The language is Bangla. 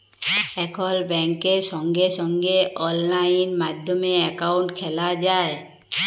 এখল ব্যাংকে সঙ্গে সঙ্গে অললাইন মাধ্যমে একাউন্ট খ্যলা যায়